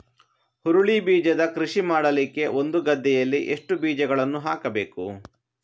ಹುರುಳಿ ಬೀಜದ ಕೃಷಿ ಮಾಡಲಿಕ್ಕೆ ಒಂದು ಗದ್ದೆಯಲ್ಲಿ ಎಷ್ಟು ಬೀಜಗಳನ್ನು ಹಾಕಬೇಕು?